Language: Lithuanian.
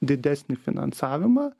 didesnį finansavimą